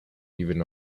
even